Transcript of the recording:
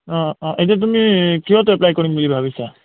অঁ অঁ এতিয়া তুমি কিহত এপ্লাই কৰিম বুলি ভাবিছা